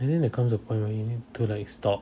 I think there comes a point where you have to like stop